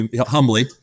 humbly